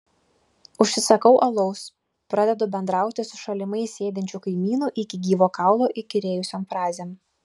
užsisakau alaus pradedu bendrauti su šalimais sėdinčiu kaimynu iki gyvo kaulo įkyrėjusiom frazėm